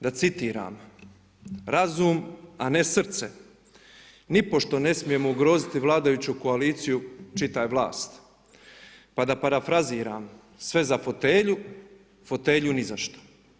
Da citiram: „Razum a ne srce.“ Nipošto ne smijemo ugroziti vladajuću koaliciju, čitaj vlast pa da parafraziram „sve za fotelju, fotelju ni za što“